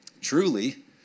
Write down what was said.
Truly